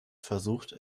versucht